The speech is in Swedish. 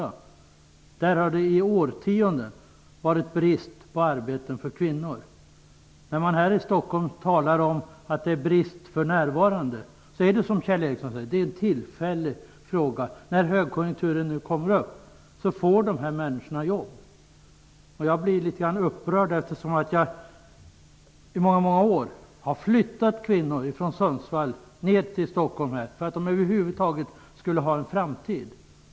På dessa orter har det i årtionden varit brist på arbeten för kvinnor. Här i Stockholm talar man om att det för närvarande är brist. Det är, som Kjell Ericsson säger, ett tillfälligt problem. När det blir högkonjunktur får människorna jobb. Jag blir litet upprörd, eftersom jag i många år har flyttat kvinnor ifrån Sundsvall till Stockholm för att de över huvud taget skulle ha en framtid.